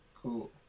Cool